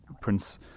Prince